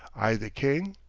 i, the king,